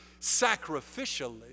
sacrificially